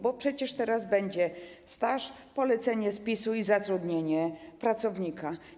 Bo przecież teraz będzie staż, polecenie z PiS-u i zatrudnienie pracownika.